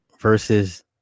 versus